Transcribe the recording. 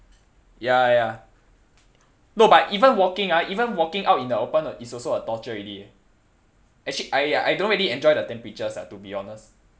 ya ya no but even walking ah even walking out in the open is also a torture already eh actually I I don't really enjoy the temperatures ah to be honest